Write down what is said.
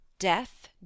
Death